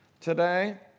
today